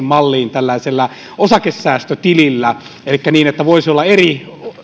malliin tällaisella osakesäästötilillä elikkä niin että voisi olla